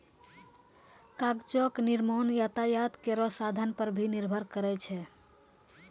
कागजो क निर्माण यातायात केरो साधन पर भी निर्भर करै छै